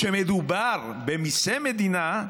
כשמדובר במיסי מדינה,